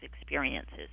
experiences